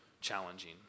challenging